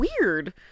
weird